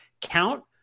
count